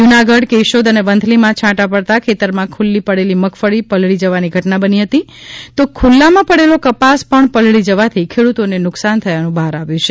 જૂનાગઢ કેશોદ અને વંથલીમાં છાંટા પડતા ખેતરમાં ખૂલ્લી પડેલી મગફળી પલળી જવાની ઘટના બની છે તો ખૂલ્લામાં પડેલો કપાસ પણ પલળી જવાથી ખેડૂતોને નુકશાન થયાનું બહાર આવ્યું છે